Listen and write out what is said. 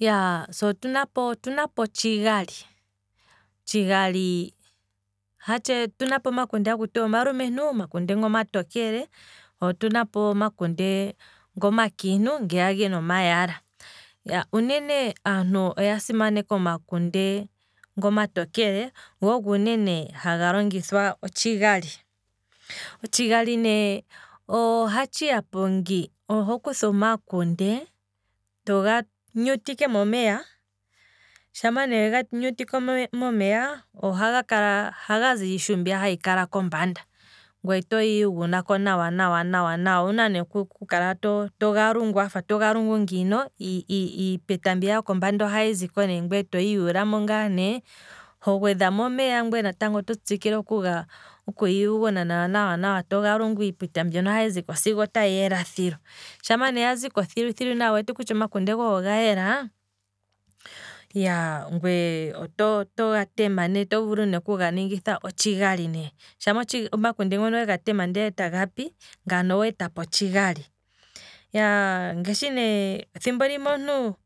Iyaaa, se otuna po otshigali, otshigali otuna po omakunde hakuti omalumentu, omakunde nga omatokele, se otuna po omakunde nga omakiintu ngeya gena omayala, uunene aantu oya simaneka omakunde ngo matokele, go ogo uunene haga longithwa otshigali, otshigali ne ohatshi yapo ngi, oho kutha omakunde, toga nyutike momeya, shama ne ga nyutikwa momeya, ohaga zi iishu mbiya hayi kala kombanda, ngweye otoyi yugunako nawa nawa, owuna ne oku kala toga lungu wafa toga lungu ngino, iipeta mbiya yoko mbanda ohayi zikone ngweye toyi yuulamo ngaane ngweye toga lungu, iipeta mbyono ohayi ziko ndele taga yela thilu, shampa ne yaziko thilu thilu nawa wu wete kutya omakunde gohe oga yela, ngweye oto- oto ga tema ne, oto vulu oku ganingitha otshigali, shampa omakunde wega tema ndele taga pi, ngano oweetapo otshigali, ngashi ne thimbo limwe omuntu